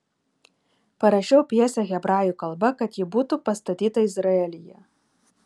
parašiau pjesę hebrajų kalba kad ji būtų pastatyta izraelyje